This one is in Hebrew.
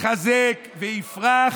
יתחזק ויפרח,